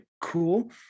cool